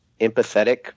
empathetic